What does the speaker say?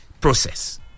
process